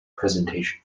presentation